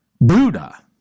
Buddha